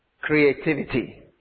creativity